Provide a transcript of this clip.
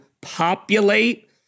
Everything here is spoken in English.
populate